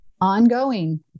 ongoing